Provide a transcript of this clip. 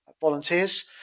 volunteers